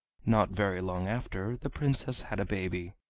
not very long after, the princess had a baby,